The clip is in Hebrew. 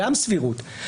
גם סבירות,